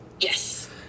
Yes